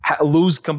lose